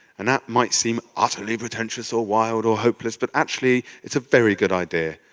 and that might seem utterly pretentious or wild or hopeless, but actually, it's a very good idea.